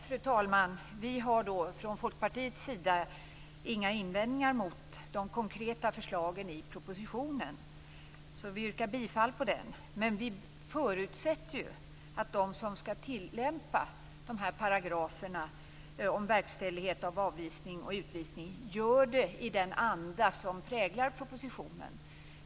Fru talman! Vi har från Folkpartiets sida inga invändningar mot de konkreta förslagen i propositionen, så vi yrkar bifall till hemställan i den. Men vi förutsätter ju att de som skall tillämpa dessa paragrafer om verkställighet, avvisning och utvisning gör det i den anda som präglar propositionen.